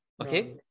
Okay